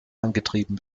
angetrieben